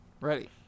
Ready